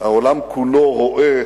העולם כולו רואה